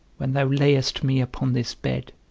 when thou layest me upon this bed?